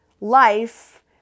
Life